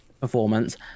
performance